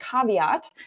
caveat